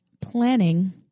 planning